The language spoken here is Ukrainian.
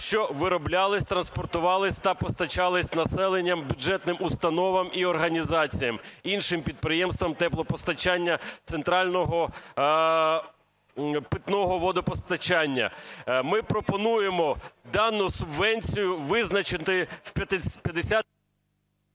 що вироблялися, транспортувалися та постачалися населенню, бюджетним установам і організаціям, іншим підприємствам теплопостачання, центрального питного водопостачання". Ми пропонуємо дану субвенцію визначити в… ГОЛОВУЮЧИЙ.